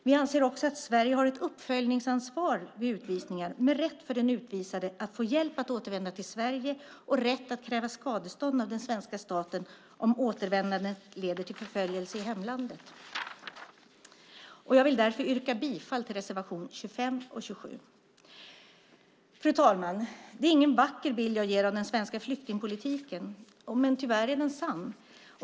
Vi anser också att Sverige har ett uppföljningsansvar vid utvisningar med rätt för den utvisade att få hjälp att återvända till Sverige och rätt att kräva skadestånd av den svenska staten om återvändandet leder till förföljelse i hemlandet. Jag vill därför yrka bifall till reservationerna 25 och 27. Fru talman! Det är ingen vacker bild jag ger av den svenska flyktingpolitiken. Tyvärr är den sann.